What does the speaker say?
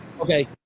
Okay